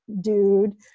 dude